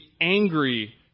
angry